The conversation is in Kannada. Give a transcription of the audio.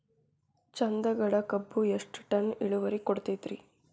ಚಂದಗಡ ಕಬ್ಬು ಎಷ್ಟ ಟನ್ ಇಳುವರಿ ಕೊಡತೇತ್ರಿ?